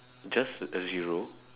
just a zero